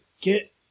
get